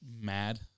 mad